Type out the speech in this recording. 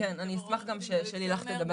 אשמח גם שלילך תדבר.